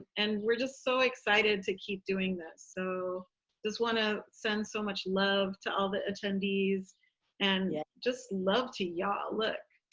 and we're just so excited to keep doing that. so just want to send so much love to all the attendees and yeah just love to y'all. look.